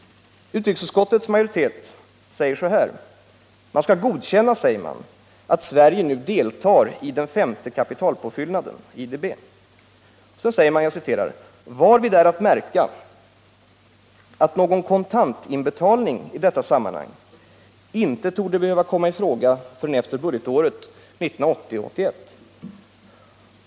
Utrikesutskottets majoritet skriver att Sverige bör kunna delta i den femte kapitalpåfyllnaden ”varvid är att märka att någon kontantinbetalning i detta sammanhang inte torde behöva komma i fråga förrän efter budgetåret 1980/81.